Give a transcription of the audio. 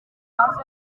babaze